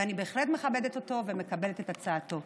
ואני בהחלט מכבדת אותו ומקבלת את הצעתו.